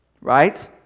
right